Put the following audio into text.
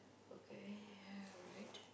okay right